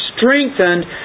strengthened